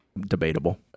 Debatable